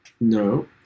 No